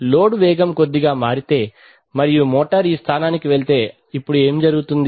load వేగం కొద్దిగా మారితే మరియు మోటారు ఈ స్థానానికి వెళితే ఇప్పుడు ఏమి జరుగుతుంది